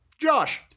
Josh